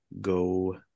go